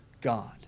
God